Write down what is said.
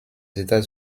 états